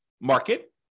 market